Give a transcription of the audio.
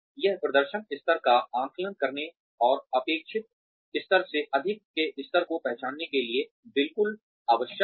यह प्रदर्शन स्तर का आकलन करने और अपेक्षित स्तर से अधिक के स्तर को पहचानने के लिए बिल्कुल आवश्यक है